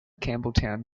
campbelltown